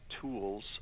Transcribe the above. tools